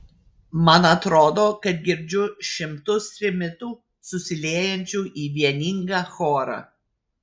man atrodo kad girdžiu šimtus trimitų susiliejančių į vieningą chorą